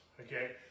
Okay